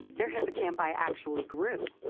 their hippocampi actually grew.